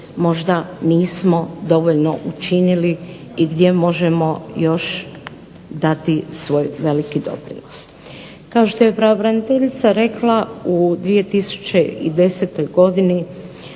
možda nismo dovoljno učinili i gdje možemo još dati svoj veliki doprinos. Kao što je pravobraniteljica rekla, u 2010. godini